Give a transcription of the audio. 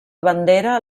bandera